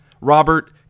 Robert